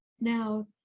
Now